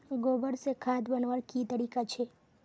गोबर से खाद बनवार की तरीका छे?